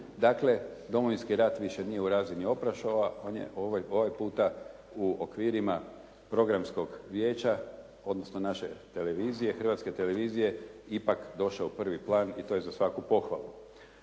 Dakle, Domovinski rat više nije u razini Oprah showa, on je ovaj puta u okvirima programskog vijeća odnosno naše televizije, Hrvatske televizije ipak došao u prvi plan i to je za svaku pohvalu.